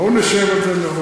בואו נשב על זה מראש.